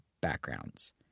backgrounds